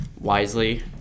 wisely